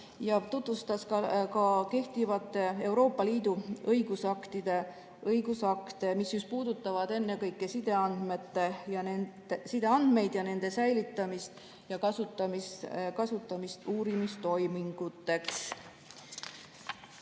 tutvustas ka kehtivaid Euroopa Liidu õigusakte, mis puudutavad ennekõike sideandmeid ja nende säilitamist ja kasutamist uurimistoiminguteks.